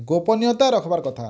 ଗୋପନୀୟତା ରଖ୍ବାର୍ କଥା